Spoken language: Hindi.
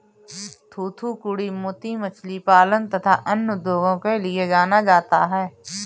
थूथूकुड़ी मोती मछली पालन तथा अन्य उद्योगों के लिए जाना जाता है